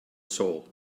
soul